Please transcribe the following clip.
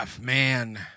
man